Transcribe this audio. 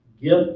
gift